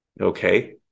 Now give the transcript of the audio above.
Okay